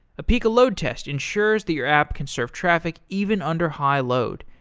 apica load test ensures that your app can serve traffic even under high load.